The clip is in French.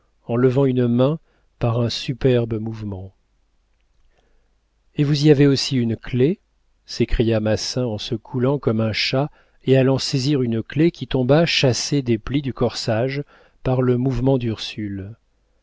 en levant une main par un superbe mouvement et vous y avez aussi une clef s'écria massin en se coulant comme un chat et allant saisir une clef qui tomba chassée des plis du corsage par le mouvement d'ursule